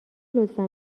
لطفا